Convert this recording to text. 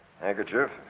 handkerchief